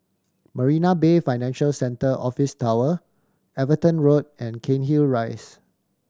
Marina Bay Financial Centre Office Tower Everton Road and Cairnhill Rise